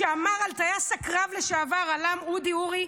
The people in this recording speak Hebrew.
על טייס הקרב לשעבר אל"מ אודי אורי,